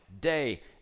day